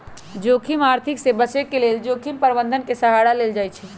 आर्थिक जोखिम से बचे के लेल जोखिम प्रबंधन के सहारा लेल जाइ छइ